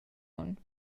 onn